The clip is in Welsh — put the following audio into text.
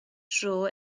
dro